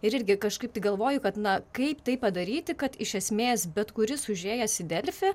ir irgi kažkaip tai galvoju kad na kaip tai padaryti kad iš esmės bet kuris užėjęs į delfi